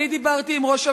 אני דיברתי עם ראש הממשלה.